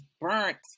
burnt